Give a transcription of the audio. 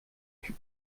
fut